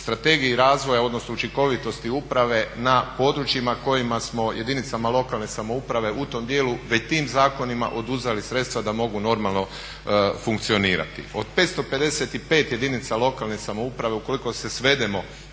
Strategiji razvoja, odnosno učinkovitosti uprave na područjima kojima smo, jedinicama lokalne samouprave u tom dijelu već tim zakonima oduzeli sredstva da mogu normalno funkcionirati. Od 555 jedinica lokalne samouprave ukoliko se svedemo